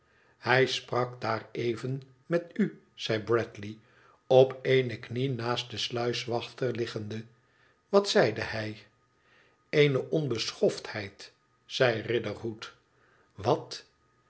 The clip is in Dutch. hij sprak daar even met u zei bradley opééne knie naast den sluiswachter liggende wat zeide hij ene onbeschoftheid zei riderhood iwat